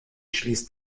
schließt